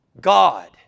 God